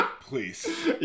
Please